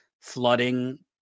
flooding